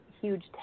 huge